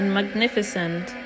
magnificent